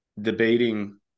debating